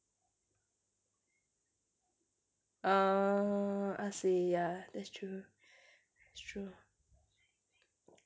I see ya that's true that's true